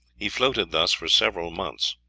he floated thus for several months.